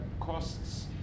costs